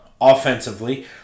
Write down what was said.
offensively